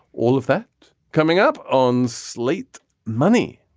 all of that coming up on slate money.